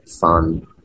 fun